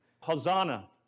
Hosanna